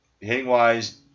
Hitting-wise